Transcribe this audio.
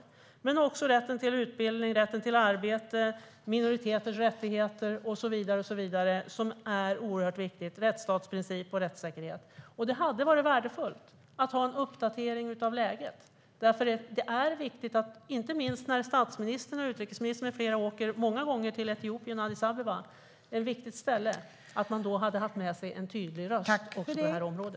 Fler sådana - oerhört viktiga - områden är rätten till utbildning, rätten till arbete, minoriteters rättigheter, rättsstatsprincip och rättssäkerhet. Det hade varit värdefullt med en uppdatering av läget. Inte minst när statsministern och utrikesministern med flera åkt många gånger till Etiopien och Addis Abeba hade det varit viktigt att ha med sig en tydlig röst också på detta område.